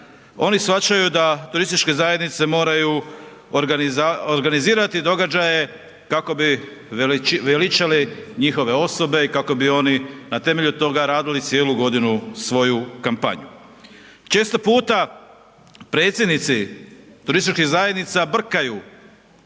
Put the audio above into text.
oni shvaćaju da turističke zajednice moraju organizirati događaje kako bi veličali njihove osobe i kako bi oni na temelju toga radili cijelu godinu svoju kampanju. Često puta predsjednici turističkih zajednica brkaju